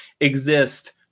exist